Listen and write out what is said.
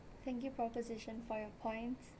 thank you proposition for your points